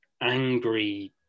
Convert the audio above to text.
angry